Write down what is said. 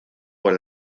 por